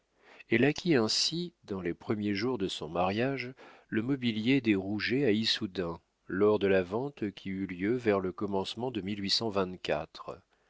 elle acquit ainsi dans les premiers jours de son mariage le mobilier des rouget à issoudun lors de la vente qui eut lieu vers le commencement de